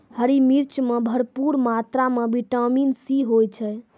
हरी मिर्च मॅ भरपूर मात्रा म विटामिन सी होय छै